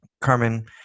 Carmen